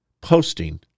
posting